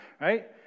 right